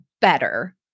better